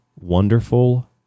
wonderful